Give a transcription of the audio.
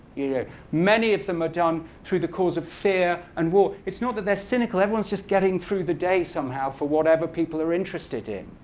you know many of them are done through the cause of fear and war. it's not that they're cynical. everyone's just getting through the day somehow for whatever people are interested in.